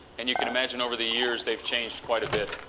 and you can imagine, over the years, they've changed quite a bit.